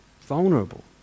Vulnerable